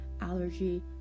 allergy